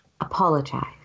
apologize